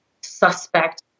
suspect